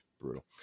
Brutal